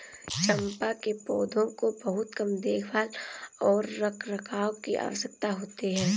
चम्पा के पौधों को बहुत कम देखभाल और रखरखाव की आवश्यकता होती है